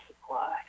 supply